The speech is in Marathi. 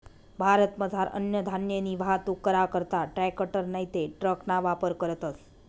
भारतमझार अन्नधान्यनी वाहतूक करा करता ट्रॅकटर नैते ट्रकना वापर करतस